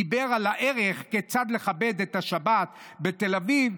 דיבר על הערך כיצד לכבד את השבת בתל אביב,